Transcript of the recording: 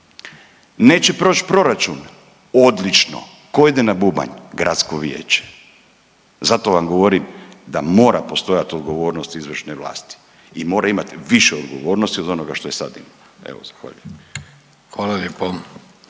neće proć proračun, odlično, ko ide na bubanj, gradsko vijeće. Zato vam govorim da mora postojat odgovornost izvršne vlasti i mora imati više odgovornosti od onoga što je sad ima, evo zahvaljujem.